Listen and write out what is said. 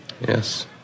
yes